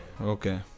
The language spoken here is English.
Okay